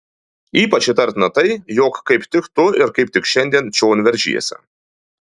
ypač įtartina tai jog kaip tik tu ir kaip tik šiandien čion veržiesi